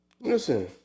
Listen